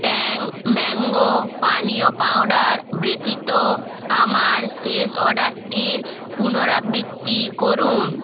ট্যাং mango পানীয় powder ব্যতিত আমার শেষ অর্ডারটির পুনরাবৃত্তি করুন